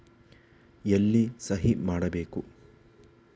ಎಲ್ಲಿ ಸಹಿ ಮಾಡಬೇಕು?